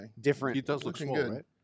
different